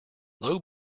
low